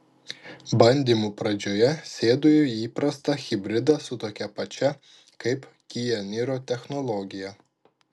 bandymų pradžioje sėdu į įprastą hibridą su tokia pačia kaip kia niro technologija